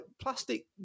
plastic